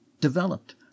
developed